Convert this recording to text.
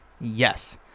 yes